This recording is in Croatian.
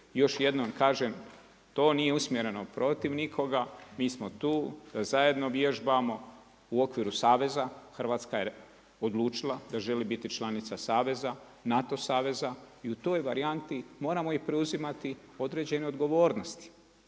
Još jednom kažem, to nije usmjereno protiv nikoga, mi smo tu, zajedno vježbamo u okviru saveza, Hrvatska je odlučila da želi biti članica saveza, NATO saveza i u toj varijanti moramo i preuzimati određene odgovornosti.